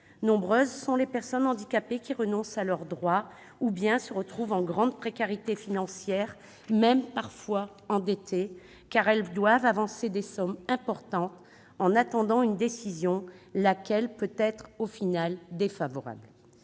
nombreuses sont les personnes handicapées qui renoncent à leur droit ou bien qui se retrouvent en grande précarité financière, endettées parfois, car elles doivent avancer des sommes importantes en attendant une décision, laquelle peut être finalement défavorable.